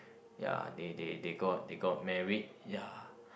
ya they they they got they got married ya